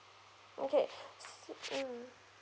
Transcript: okay s~ mm